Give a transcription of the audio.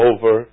Over